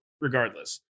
regardless